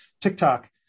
TikTok